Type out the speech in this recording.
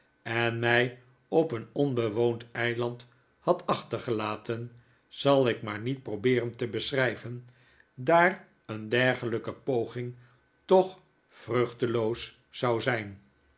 en mij op een onbewoond eiland had achtergelaten zal ik maar niet probeeren te beschrijven daar een dergelijke poging toch vruchteloos zou zijn